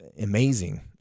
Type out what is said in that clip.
amazing